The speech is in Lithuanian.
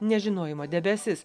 nežinojimo debesis